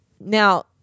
Now